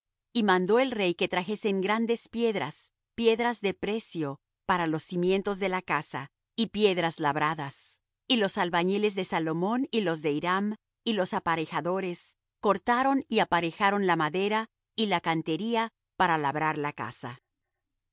y mandó el rey que trajesen grandes piedras piedras de precio para los cimientos de la casa y piedras labradas y los albañiles de salomón y los de hiram y los aparejadores cortaron y aparejaron la madera y la cantería para labrar la casa